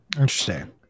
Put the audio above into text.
Interesting